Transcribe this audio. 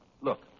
Look